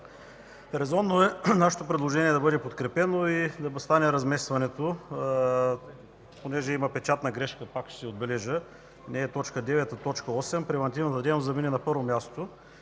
Резонно е нашето предложение да бъде подкрепено и да стане разместването, понеже има печатна грешка – пак ще си отбележа, не т. 9, а т. 8 и „превантивна дейност” да мине на първо място.